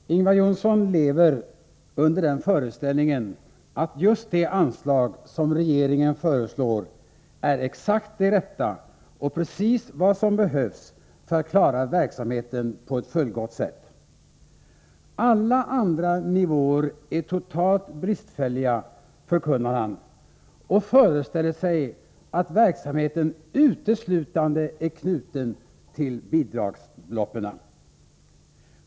Herr talman! Ingvar Johnsson lever i den föreställningen att just det anslag som regeringen föreslår är exakt det rätta och precis vad som behövs för att klara verksamheten på ett fullgott sätt. Alla andra nivåer är totalt bristfälliga, förkunnar han. Han föreställer sig att verksamheten uteslutande är knuten till bidragsbeloppen.